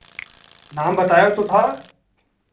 नाम बताया तो था